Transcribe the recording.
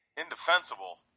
indefensible